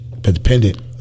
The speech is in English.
dependent